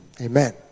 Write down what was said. Amen